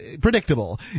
predictable